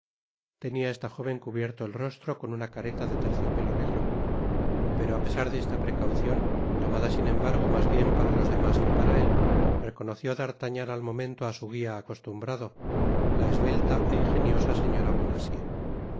tenia esta jóven cubierto el rostro con una careta de terciopelo negro pero á pesar de esta precaucion tomada sin embargo mas bien para los demás que para él reconoció d'artagnan al momento á su guia acostumbrado la esbelta é injeniosa señora